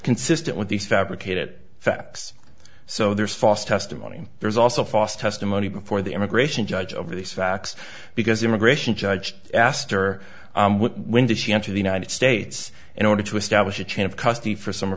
consistent with these fabricate it facts so there's false testimony there's also fos testimony before the immigration judge of these facts because immigration judge asked her when did she enter the united states in order to establish a chain of custody for s